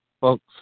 Folks